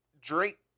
Drake